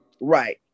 right